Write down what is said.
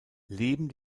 leben